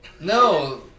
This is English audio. No